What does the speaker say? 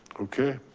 okay,